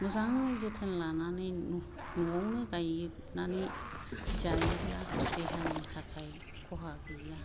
मोजाङै जोथोन लानानै न'आवनो गायनानै जायोब्ला देहानि थाखाय खहा गैया